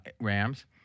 Rams